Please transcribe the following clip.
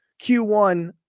Q1